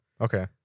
Okay